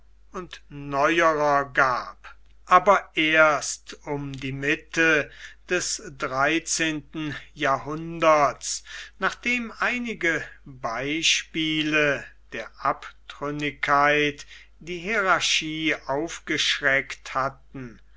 und neuerer gab aber erst um die mitte des dreizehnten jahrhunderts nachdem einige beispiele der abtrünnigkeit die hierarchie aufgeschreckt hatten